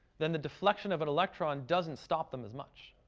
than the deflection of an electron doesn't stop them as much.